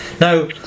now